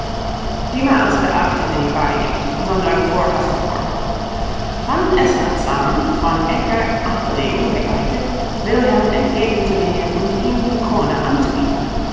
die maus beachtete die frage nicht sondern fuhr hastig fort fand es rathsam von edgar atheling begleitet wilhelm entgegen zu gehen und ihm die krone anzubieten